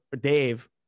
Dave